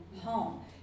home